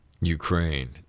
Ukraine